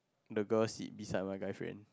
the girl sit beside my guy friend